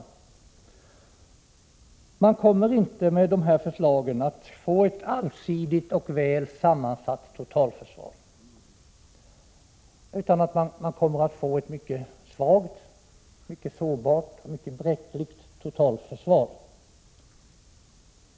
Dessa förslag kommer inte att leda till ett allsidigt och väl sammansatt totalförsvar, utan till ett mycket svagt, sårbart och bräckligt totalförsvar.